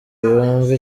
yumve